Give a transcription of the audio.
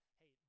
hey